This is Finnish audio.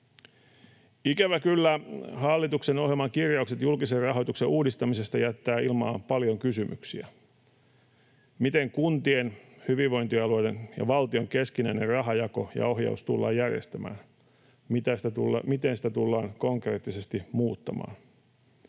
Ikävä kyllä hallituksen ohjelman kirjaukset julkisen rahoituksen uudistamisesta jättävät ilmaan paljon kysymyksiä: Miten kuntien, hyvinvointialueiden ja valtion keskinäinen rahanjako ja ohjaus tullaan järjestämään? Miten sitä tullaan konkreettisesti muuttamaan?